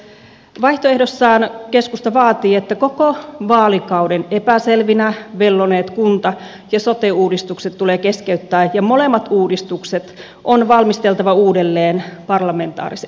vaihtoehdossaan keskusta vaatii että koko vaalikauden epäselvinä velloneet kunta ja sote uudistukset tulee keskeyttää ja molemmat uudistukset on valmisteltava uudelleen parlamentaarisesti